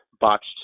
botched